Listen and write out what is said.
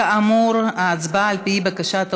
כאמור, ההצבעה, על פי בקשת האופוזיציה,